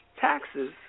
taxes